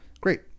great